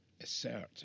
assert